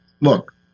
look